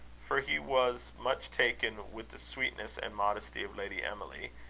for he was much taken with the sweetness and modesty of lady emily,